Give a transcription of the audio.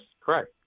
correct